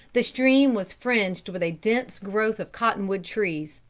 the stream was fringed with a dense growth of cotton-wood trees.